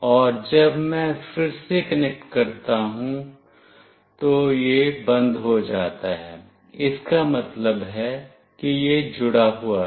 और जब मैं फिर से कनेक्ट करता हूं तो यह बंद हो जाता है इसका मतलब है कि यह जुड़ा हुआ है